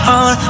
on